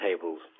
tables